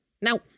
Now